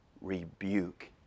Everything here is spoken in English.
rebuke